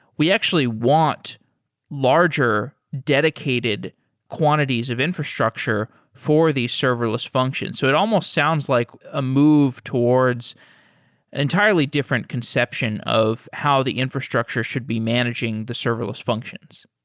we actually want larger dedicated quantities of infrastructure for these serverless function. so it almost sounds like a move towards an entirely different conception of how the infrastructure should be managing the serverless functions.